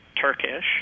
Turkish